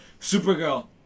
Supergirl